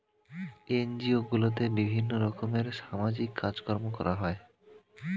NGO গুলোতে বিভিন্ন রকমের সামাজিক কাজকর্ম করা হয়